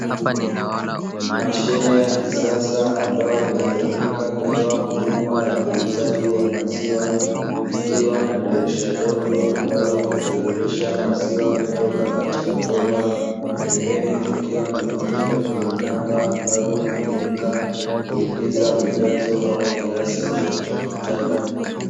Mashine ya kisasa ambayo inatumika kutoa huduma ya uuzaji wa maziwa, ikiwa na dirisha dogo ambalo hutiririsha maziwa kutoka katika bomba, pembeni kukiwa na vitufe vyenye namba ambavyo hutumika kuingiza ujazo au kiasi unachohitaji.